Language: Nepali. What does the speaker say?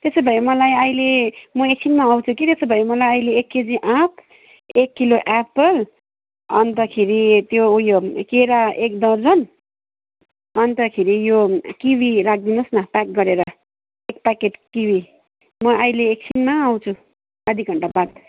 त्यसो भए मलाई अहिले म एकछिनमा आउँछु कि त्यसो भए मलाई अहिले एक केजी आँप एक किलो ए्याप्पल अन्तखेरि त्यो उयो केरा एक दर्जन अन्तखेरि यो किवी राखिदिनुहोस् न प्याक गरेर एक प्याकेट किवी म अहिले एकछिनमा आउँछु आधा घन्टाबाद